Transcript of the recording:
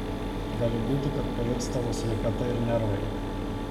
gali būti kad pairs tavo sveikata ir nervai